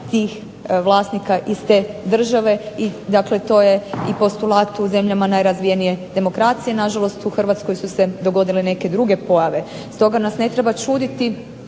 tih vlasnika iz te države i dakle to je i postulat u zemljama najrazvijenije demokracije. Na žalost u Hrvatskoj su se dogodile neke druge pojave. Stoga nas ne treba čuditi